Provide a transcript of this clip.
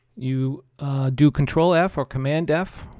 you do control f or command f.